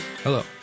Hello